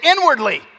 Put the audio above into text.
inwardly